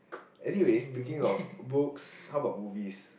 anyways speaking of books how bout movies